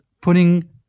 putting